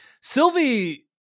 Sylvie